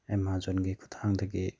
ꯑꯦꯃꯥꯖꯣꯟꯒꯤ ꯈꯨꯠꯊꯥꯡꯗꯒꯤ